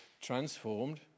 transformed